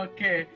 Okay